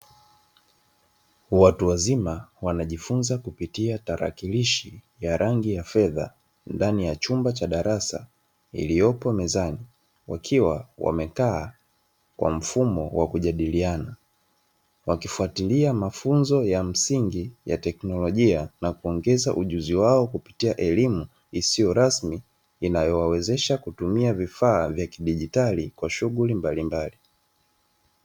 Watu wazima wanajifunza kupitia tarakirishi ya rangi ya fedha ndani ya chumba cha darasa iliyopo mezani wakiwa wamekaa kwa mfumo wa kujadiliana wakifuatilia mafunzo ya msingi ya teknolojia na kuongeza ujuzi wao kupitia elimu isiyo rasmi inayowawezesha kutumia vifaa vya kidigitali kwa shughuli mbalimbali.